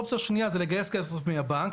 אופציה שנייה זה לגייס כסף מהבנק.